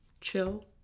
Chill